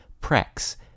prex